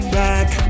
back